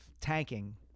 tanking